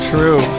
True